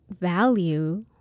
value